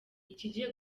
ikigiye